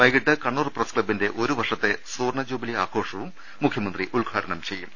വൈകീട്ട് കണ്ണൂർ പ്രസ് ക്ത ബിന്റെ ഒരു വർഷത്തെ സുവർണ്ണ ജൂബിലി ആഘോഷവും മുഖ്യമന്ത്രി ഉദ് ഘാടനം ചെയ്യും